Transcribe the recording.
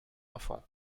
enfant